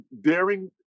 daring